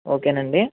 ఓకేనండి